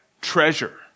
treasure